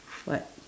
what